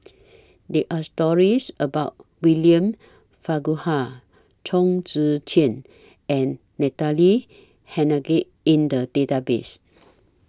There Are stories about William Farquhar Chong Tze Chien and Natalie Hennedige in The Database